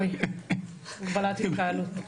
מגבלת התקהלות.